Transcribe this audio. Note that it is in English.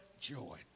joy